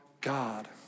God